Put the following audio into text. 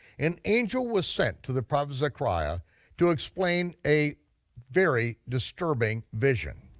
an angel was sent to the prophet zechariah to explain a very disturbing vision.